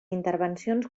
intervencions